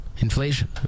Inflation